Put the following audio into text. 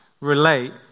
relate